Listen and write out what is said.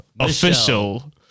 Official